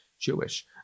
Jewish